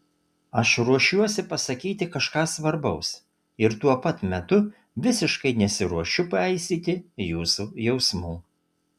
aš ruošiuosi pasakyti kažką svarbaus ir tuo pat metu visiškai nesiruošiu paisyti jūsų jausmų